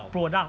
product